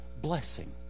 blessing